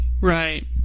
right